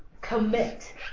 commit